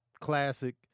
classic